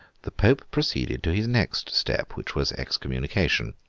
the pope proceeded to his next step which was excommunication.